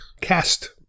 cast